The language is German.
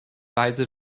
weise